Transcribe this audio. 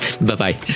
Bye-bye